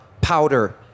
powder